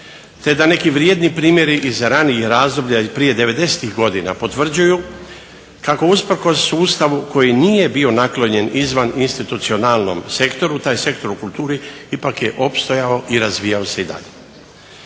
te da neki vrijedni primjeri iz ranijih razdoblja, prije '90-ih godina potvrđuju kako usprkos sustavu koji nije bio naklonjen izvaninstitucionalnom sektoru taj sektor u kulturi ipak je opstajao i razvijao se i dalje.